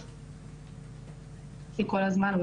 אני אוסיף ואומר שכמו שאמרת בנוגע למקלטים,